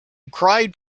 cried